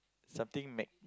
something Mac